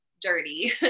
dirty